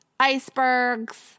icebergs